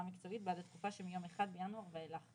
מקצועית בעד התקופה שמיום 1 בינואר 2022 ואילך.